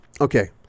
Okay